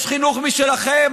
לכם יש חינוך משלכם,